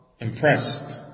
impressed